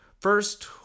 First